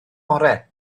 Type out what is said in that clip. orau